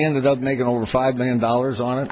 ended up making over five million dollars on it